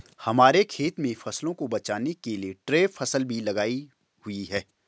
हमारे खेत में फसलों को बचाने के लिए ट्रैप फसल भी लगाई हुई है